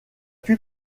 huit